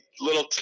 little